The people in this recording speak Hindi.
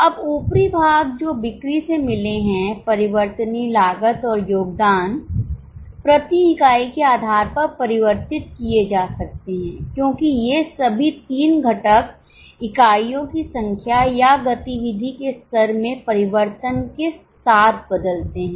अब ऊपरी भाग जो बिक्री से मिले हैं परिवर्तनीय लागत और योगदान प्रति इकाई के आधार पर परिवर्तित किए जा सकते हैं क्योंकि ये सभी तीन घटक इकाइयों की संख्या या गतिविधि के स्तर में परिवर्तन के साथ बदलते हैं